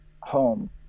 home